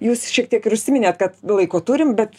jūs šiek tiek ir užsiminėt kad laiko turim bet